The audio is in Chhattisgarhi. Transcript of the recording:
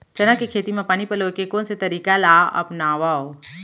चना के खेती म पानी पलोय के कोन से तरीका ला अपनावव?